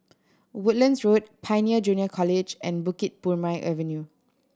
Woodlands Road Pioneer Junior College and Bukit Purmei Avenue